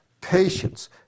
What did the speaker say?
patience